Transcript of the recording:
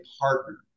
partner